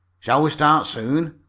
shall we start soon?